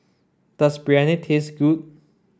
does Biryani taste good